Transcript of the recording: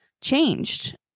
changed